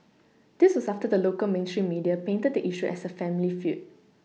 this was after the local mainstream media painted the issue as a family feud